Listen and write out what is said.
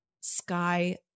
sky